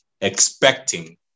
expecting